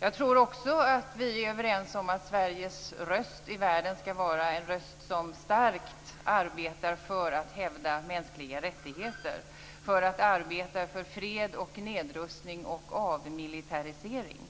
Jag tror också att vi är överens om att Sveriges röst i världen skall vara en röst som starkt arbetar för att hävda mänskliga rättigheter och som arbetar för fred, nedrustning och avmilitarisering.